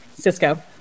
Cisco